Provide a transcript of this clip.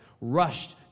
rushed